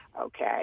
Okay